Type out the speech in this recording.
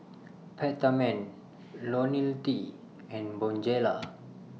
Peptamen Ionil T and Bonjela